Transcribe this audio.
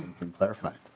can clarify.